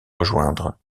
rejoindre